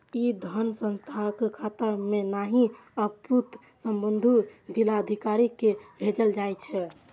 ई धन सांसदक खाता मे नहि, अपितु संबंधित जिलाधिकारी कें भेजल जाइ छै